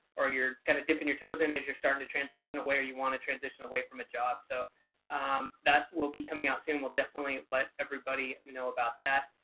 or you're kind of dipping your toes in as you're starting to transition away or you want to transition away from a job. so that will be coming out soon. we'll definitely let everybody know about that.